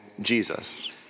Jesus